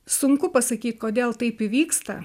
sunku pasakyt kodėl taip įvyksta